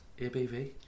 ABV